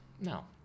No